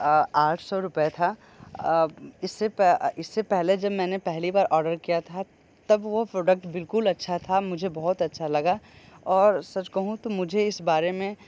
आठ सौ रुपए था आ इससे इससे पहले जब मैंने पहली बार ऑर्डर किया था तब वो प्रोडक्ट बिल्कुल अच्छा था मुझे बहुत अच्छा लगा और सच कहूँ तो मुझे इस बारे में